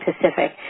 Pacific